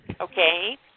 Okay